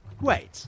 Wait